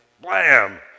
blam